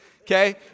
okay